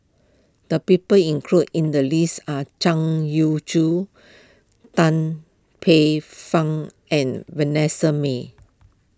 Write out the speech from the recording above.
the people included in the list are Zhang Youshuo Tan Paey Fern and Vanessa Mae